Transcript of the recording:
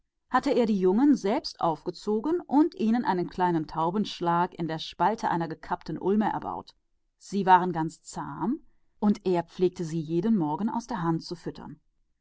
hatte er die jungen selber aufgezogen und hatte ihnen einen taubenschlag in der höhle einer zersplitterten ulme gebaut sie waren ganz zahm und fraßen jeden morgen aus seiner hand